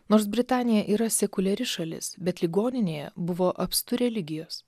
nors britanija yra sekuliari šalis bet ligoninėje buvo apstu religijos